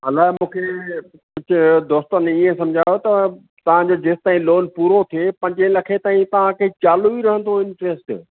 अलाए मूंखे कुझु दोस्तनि इहो सम्झायो त तव्हांजो जेसि ताईं लोन पूरो थे पंजे लखे ताईं तव्हांखे चालू ई रहंदो इंट्रस्ट